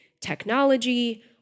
technology